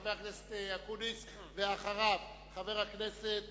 חבר הכנסת אקוניס, ואחריו, חבר הכנסת